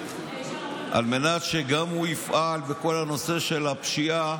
על מנת שגם הוא יפעל בכל הנושא של הפשיעה,